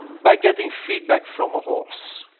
by getting feedback from a horse.